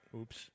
Oops